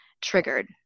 triggered